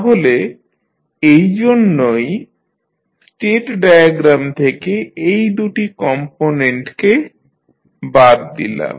তাহলে এই জন্যই স্টেট ডায়াগ্রাম থেকে এই দুটি কম্পোনেন্টকে বাদ দিলাম